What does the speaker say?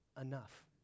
enough